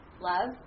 Love